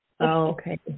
Okay